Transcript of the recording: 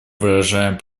выражаем